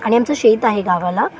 आणि आमचं शेत आहे गावाला